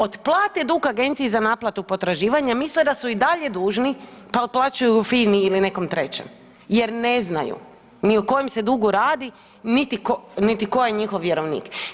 Otplate dug agenciji za naplatu potraživanja, misle da su i dalje dužni pa otplaćuju FINA-i ili nekom trećem jer ne znaju ni o kojem se dugu radi niti tko je njihov vjerovnik.